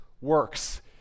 works